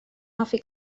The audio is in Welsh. hoffi